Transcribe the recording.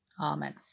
Amen